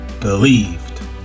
believed